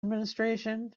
administration